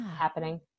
happening